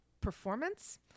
performance